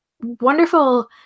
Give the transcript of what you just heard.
wonderful